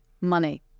money